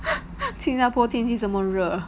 新加坡天气这么热